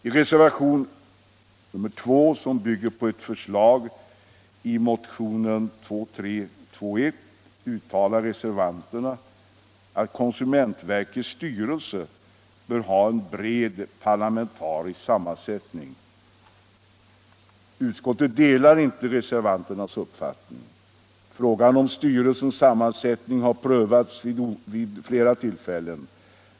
I reservationen 2, som bygger på ett förslag i motionen 2321, uttalar reservanterna att konsumentverkets styrelse bör ha en bred parlamentarisk sammansättning. Utskottet delar inte reservanternas uppfattning. Frågan om styrelsens sammansättning har prövats vid flera tillfällen.